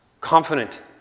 confident